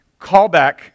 callback